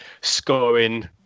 scoring